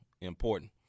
important